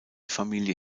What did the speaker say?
familie